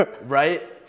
right